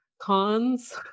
cons